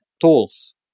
tools